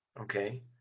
Okay